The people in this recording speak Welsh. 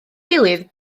gilydd